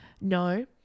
No